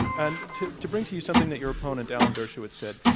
and to to bring to you something that youropponent, alan dershowitz, said,